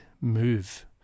move